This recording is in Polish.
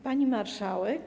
Pani Marszałek!